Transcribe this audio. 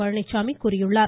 பழனிச்சாமி கூறியுள்ளார்